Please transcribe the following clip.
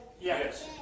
Yes